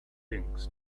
things